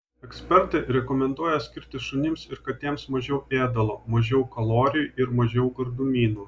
ekspertai rekomenduoja skirti šunims ir katėms mažiau ėdalo mažiau kalorijų ir mažiau gardumynų